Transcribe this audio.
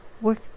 work